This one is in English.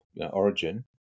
Origin